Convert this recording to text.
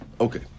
Okay